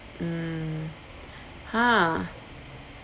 mm !huh!